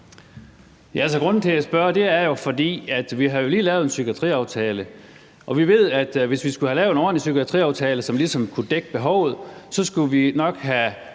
grunden til, at jeg spørger, er jo, at vi lige har lavet en psykiatriaftale, og vi ved, at hvis vi skulle have lavet en ordentlig psykiatriaftale, som ligesom kunne dække behovet, så skulle vi nok over